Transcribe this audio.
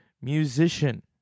musician